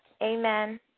Amen